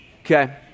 okay